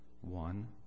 one